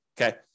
Okay